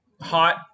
hot